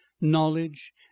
knowledge